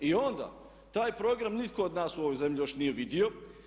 I onda taj program nitko od nas u ovom zemlji još nije vidio.